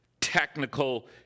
technical